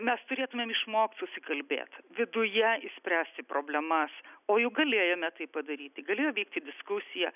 mes turėtumėm išmokt susikalbėt viduje išspręsti problemas o juk galėjome tai padaryti galėjo vykti diskusija